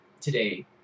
today